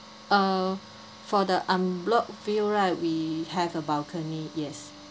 uh for the unblock view right we have a balcony yes